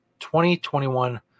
2021